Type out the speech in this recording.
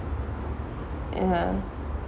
ya